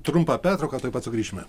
trumpą pertrauką tuoj pat sugrįšime